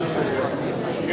שכתוצאה מהרעיון החיובי הזה,